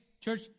Church